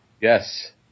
Yes